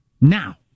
Now